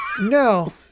No